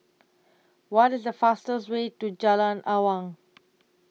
What IS The fastest Way to Jalan Awang